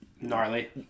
Gnarly